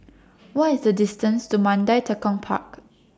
What IS The distance to Mandai Tekong Park